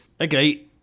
Okay